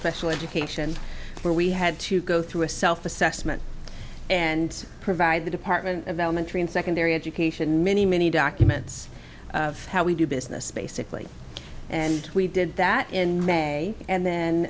special education where we had to go through a self assessment and provide the department of elementary and secondary education many many documents of how we do business basically and we did that in may and then